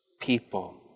people